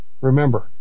Remember